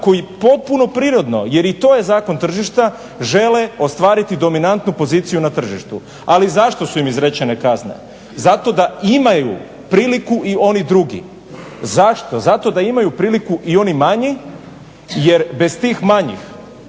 koji potpuno prirodno, jer i to je zakon tržišta, žele ostvariti dominantnu poziciju na tržištu. Ali zašto su im izrečene kazne? Zato da imaju priliku i oni drugi. Zašto? Zato da imaju priliku i oni manji, jer bez tih manjih